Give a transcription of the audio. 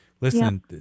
Listen